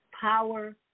power